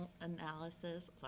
analysis